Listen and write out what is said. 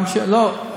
לא,